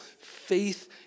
faith